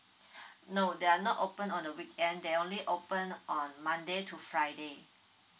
no they are not open on the weekend they only open on monday to friday